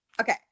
okay